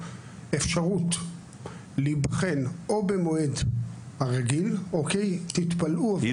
ק"מ אפשרות להיבחן או במועד הרגיל תתפלאו אבל --- היא